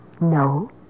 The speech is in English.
No